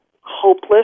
hopeless